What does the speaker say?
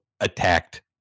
attacked